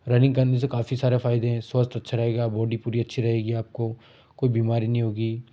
running करने से काफी सारे फायदे हैं स्वास्थ्य अच्छा रहेगा बॉडी पूरी अच्छी रहेगी आपको कोई बीमारी नहीं होगी